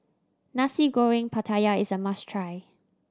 Nasi Goreng Pattaya is a must try